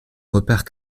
repère